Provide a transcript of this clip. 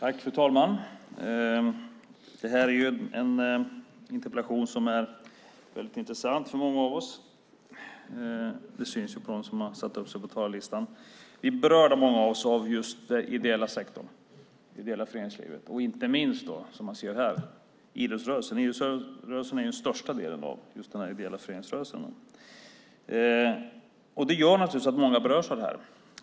Fru talman! Det här är en interpellation som är väldigt intressant för många av oss. Det kan man se, eftersom många har satt upp sig på talarlistan. Många av oss är berörda av den ideella sektorn, det ideella föreningslivet och inte minst, som man ser här, idrottsrörelsen. Idrottsrörelsen är den största delen av den här ideella föreningsrörelsen. Det gör naturligtvis att många berörs av det här.